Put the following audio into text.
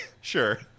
sure